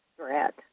threat